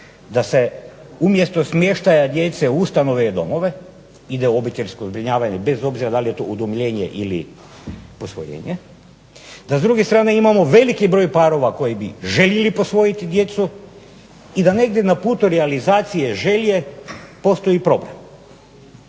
da se umjesto smještaja djece u ustanove i domove, ide u obiteljsko zbrinjavanje bez obzira da li je to udomljenje ili posvojenje, da s druge strane imamo veliki broj parova koji bi željeli posvojiti djecu i da negdje na putu realizacije želje postoji problem.